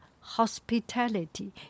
hospitality